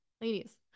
Ladies